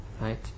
Right